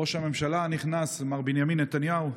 ראש הממשלה הנכנס מר בנימין נתניהו,